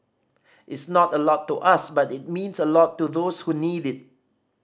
it's not a lot to us but it means a lot to those who need it